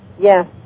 Yes